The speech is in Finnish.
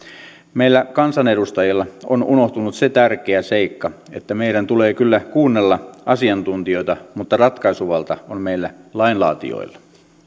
meiltä kansanedustajilta on unohtunut se tärkeä seikka että meidän tulee kyllä kuunnella asiantuntijoita mutta ratkaisuvalta on meillä lainlaatijoilla